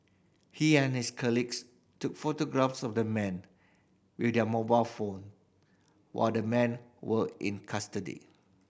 he and his colleagues took photographs of the men with their mobile phone while the men were in custody